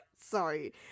Sorry